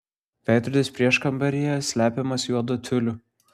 veidrodis prieškambaryje slepiamas juodu tiuliu